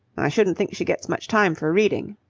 i shouldn't think she gets much time for reading.